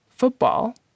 Football